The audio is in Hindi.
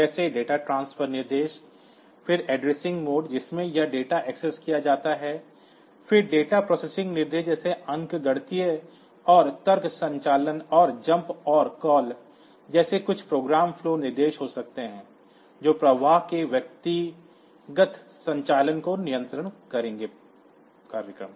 जैसे डेटा ट्रांसफर निर्देश फिर एड्रेसिंग मोड जिसमें यह डेटा एक्सेस किया जाता है फिर डेटा प्रोसेसिंग निर्देश जैसे अंकगणितीय और तर्क संचालन और JUMP और CALL जैसे कुछ प्रोग्राम फ्लो निर्देश हो सकते हैं जो प्रवाह के व्यक्तिगत संचालन को नियंत्रित करेंगे प्रोग्राम